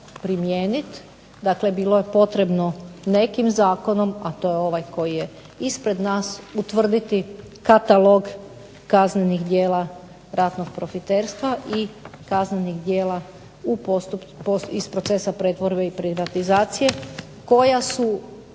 dakle bilo je potrebno nekim zakonom, a to je ovaj koji je ispred nas, utvrditi katalog kaznenih djela ratnog profiterstva i kaznenih djela iz procesa pretvorbe i privatizacije koja su